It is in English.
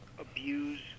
abuse